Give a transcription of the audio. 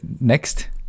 next